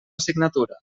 assignatura